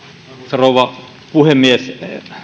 rouva puhemies